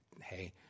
hey